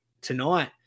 tonight